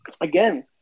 again